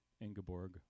Ingeborg